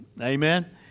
Amen